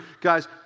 Guys